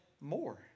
more